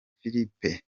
philippe